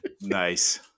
Nice